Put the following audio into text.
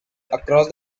across